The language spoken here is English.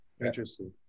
Interesting